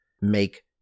make